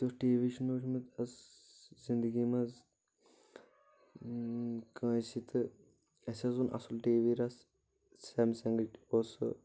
تِیُتھ TV چھُنہٕ مےٚ وٕچھمُت اس زندگی منٛز کٲنٛسہِ تہٕ اسہِ حظ اوٚن اصل ٹی وی رس سیمسنٛگٕکۍ اوس سُہ